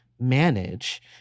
manage